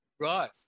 Right